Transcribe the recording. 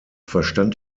verstand